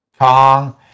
Kong